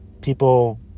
people